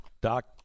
Doc